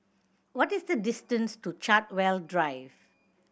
what is the distance to Chartwell Drive